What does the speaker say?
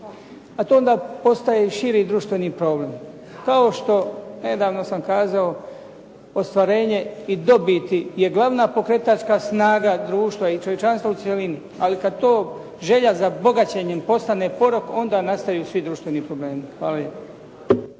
A to onda postaje širi društveni problem. Kao što, nedavno sam kazao, ostvarenje i dobiti je glavna pokretačka snaga društva i čovječanstva u cjelini, ali kad to želja za bogaćenjem postane porok, onda nastaju svi društveni problemi. Hvala